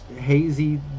hazy